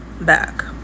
back